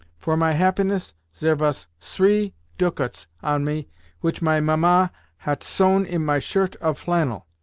for my happiness zere vas sree tucats on me which my mamma hat sewn in my shirt of flannel.